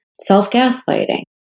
self-gaslighting